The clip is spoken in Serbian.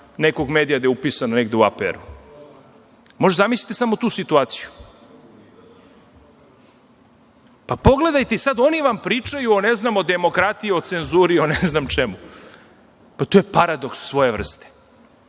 nekog medija gde je upisan negde u APR. Možete da zamislite samo tu situaciju. Pa, pogledajte. I sad oni vam pričaju o demokratiji, o cenzuri, o ne znam čemu. To je paradoks svoje vrste. Moram